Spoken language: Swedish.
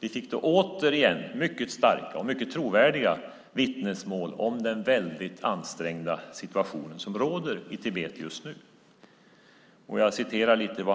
Vi fick då återigen mycket starka och mycket trovärdiga vittnesmål om den väldigt ansträngda situation som råder i Tibet just nu.